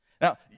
Now